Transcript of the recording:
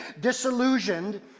disillusioned